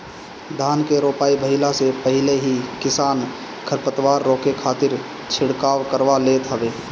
धान के रोपाई भइला से पहिले ही किसान खरपतवार रोके खातिर छिड़काव करवा लेत हवे